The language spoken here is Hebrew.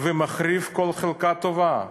ומחריב כל חלקה טובה.